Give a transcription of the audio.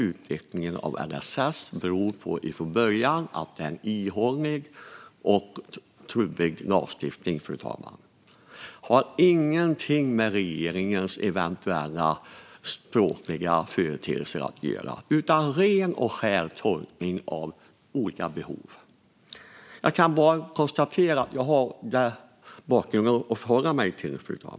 Utvecklingen av LSS beror från början på att det är en ihålig och trubbig lagstiftning. Det har ingenting med regeringens eventuella språkliga företeelser att göra. Det handlar om ren och skär tolkning av olika behov. Fru talman! Jag kan bara konstatera att jag har att förhålla mig till den bakgrunden.